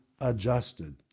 adjusted